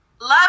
Love